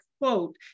quote